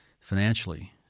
financially